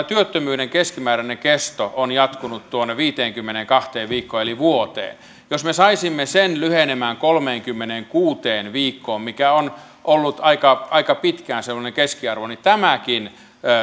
työttömyyden keskimääräinen kesto on jatkunut tuonne viiteenkymmeneenkahteen viikkoon eli vuoteen jos me saisimme sen lyhenemään kolmeenkymmeneenkuuteen viikkoon mikä on ollut aika aika pitkään semmoinen keskiarvo niin tämäkin